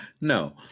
No